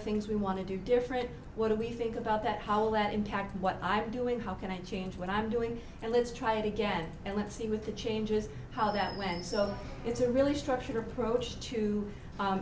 are things we want to do different what do we think about that how will that impact what i'm doing how can i change what i'm doing and let's try it again and let's see with the changes how that went so it's a really structured approach to